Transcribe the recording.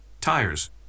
tires